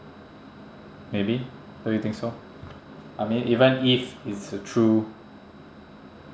maybe don't you think so I mean even if it's true